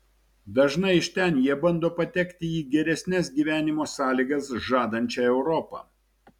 dažnai iš ten jie bando patekti į geresnes gyvenimo sąlygas žadančią europą